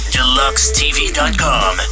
Deluxetv.com